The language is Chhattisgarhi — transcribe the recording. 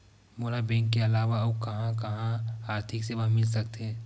मोला बैंक के अलावा आऊ कहां कहा आर्थिक सेवा मिल सकथे?